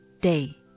day